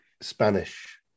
Spanish